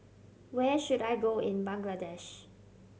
where should I go in Bangladesh